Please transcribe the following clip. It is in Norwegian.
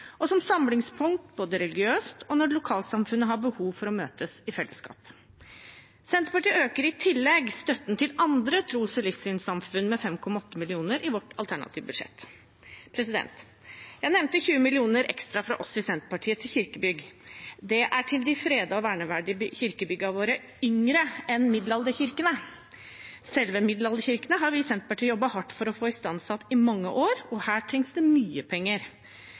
og som samlingspunkt både religiøst og når lokalsamfunnet har behov for å møtes i fellesskap. Senterpartiet øker i tillegg støtten til andre tros- og livssynssamfunn med 5,8 mill. kr i sitt alternative budsjett. Jeg nevnte 20 mill. kr ekstra fra oss i Senterpartiet til kirkebygg. Det er til de fredede, verneverdige kirkebyggene våre som er yngre enn middelalderkirkene. Middelalderkirkene har vi i Senterpartiet jobbet hardt for å få istandsatt i mange år, og her trengs det mye penger.